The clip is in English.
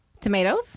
Tomatoes